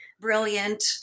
brilliant